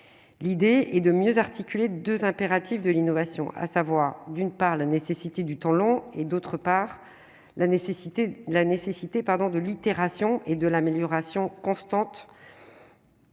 l'idée est de mieux articuler 2 impératifs de l'innovation, à savoir d'une part la nécessité du temps long, et d'autre part la nécessité la nécessité, pardon, de l'itération et de l'amélioration constante,